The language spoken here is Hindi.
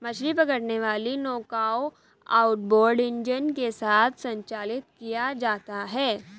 मछली पकड़ने वाली नौकाओं आउटबोर्ड इंजन के साथ संचालित किया जाता है